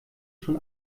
schon